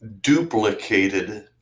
duplicated